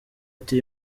ati